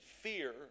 fear